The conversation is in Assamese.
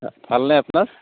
ভালনে আপোনাৰ